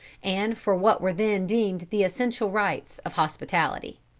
and for what were then deemed the essential rites of hospitality.